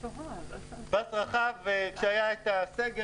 כשהיה סגר,